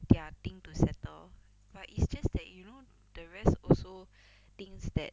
their thing to settle but is just that you know the rest also thinks that